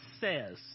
says